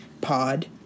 pod